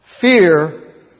Fear